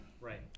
Right